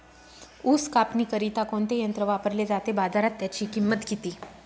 ऊस कापणीकरिता कोणते यंत्र वापरले जाते? बाजारात त्याची किंमत किती?